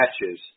matches